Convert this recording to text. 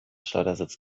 schleudersitz